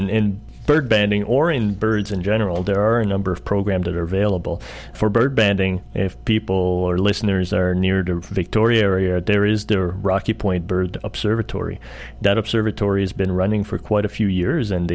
banding or in birds in general there are a number of programs that are available for bird banding if people are listeners or near to victoria area there is the rocky point bird observatory that observatory has been running for quite a few years and